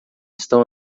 estão